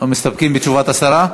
מסתפקים בתשובת השרה?